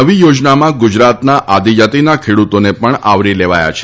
નવી યોજનામાં ગુજરાતના આદિજાતિના ખેડૂતોને પણ આવરી લેવાયા છે